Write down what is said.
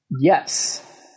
Yes